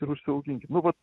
ir užsiauginkit nu va